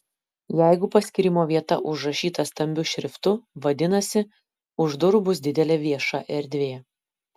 jeigu paskyrimo vieta užrašyta stambiu šriftu vadinasi už durų bus didelė vieša erdvė